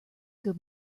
good